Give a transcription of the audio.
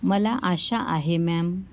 मला आशा आहे मॅम